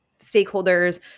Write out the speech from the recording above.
stakeholders